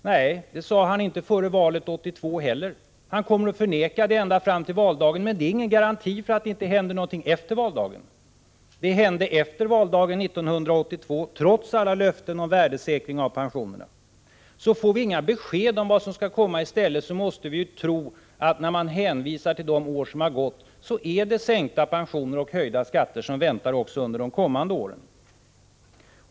Nej, det sade han inte heller före valet 1982, och han kommer att förneka det ända fram till valdagen nu. Men det är ingen garanti för att detta inte händer efter valdagen. Detta hände efter valdagen 1982, trots alla löften om värdesäkring av pensionerna. Får vi inga besked om vad som skall komma i stället, så måste vi ju tro att det när man hänvisar till de år som har gått är sänkta pensioner och höjda skatter som väntar också under de kommande åren.